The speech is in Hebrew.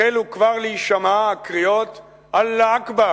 החלו כבר להישמע הקריאות "אללה אכבר",